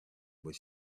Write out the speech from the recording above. but